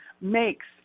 makes